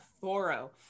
thorough